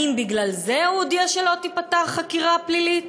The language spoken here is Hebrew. האם בגלל זה הוא הודיע שלא תיפתח חקירה פלילית?